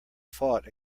fought